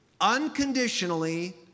unconditionally